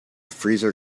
freezer